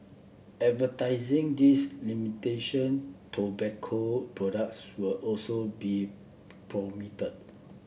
advertising these imitation tobacco products will also be